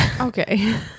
Okay